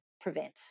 prevent